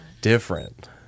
different